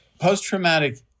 post-traumatic